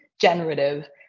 generative